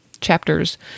chapters